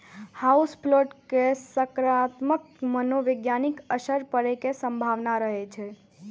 house plant के सकारात्मक मनोवैज्ञानिक असर पड़ै के संभावना रहै छै